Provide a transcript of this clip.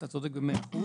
אתה צודק ב-100%,